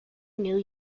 new